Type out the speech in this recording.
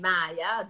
Maya